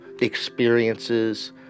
experiences